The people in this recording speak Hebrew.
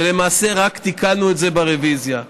ולמעשה רק תיקנו את זה ברוויזיה.